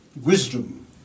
Wisdom